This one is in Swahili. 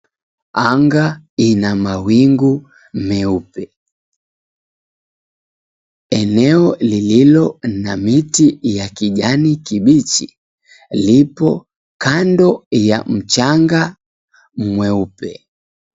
Anga ina mawingu meupe. Eneo lililo na miti ya kijani kibichi, lipo kando ya mchanga mweupe.